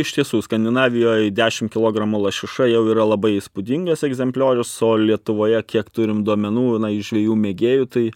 iš tiesų skandinavijoj dešim kilogramų lašiša jau yra labai įspūdingas egzempliorius o lietuvoje kiek turim duomenų žvejų mėgėjų tai